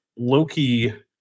loki